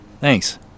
Thanks